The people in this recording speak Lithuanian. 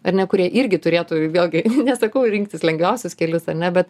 ar ne kurie irgi turėtų vėlgi nesakau rinktis lengviausius kelius ar ne bet